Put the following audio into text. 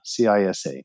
CISA